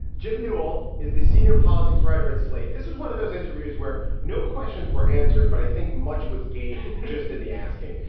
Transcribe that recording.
jim newell is the senior politics writer at slate. this is one of those interviews where no questions were answered. but i think much was gained just in the asking.